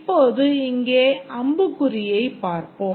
இப்போது இங்கே அம்புக்குறியைப் பார்ப்போம்